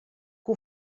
que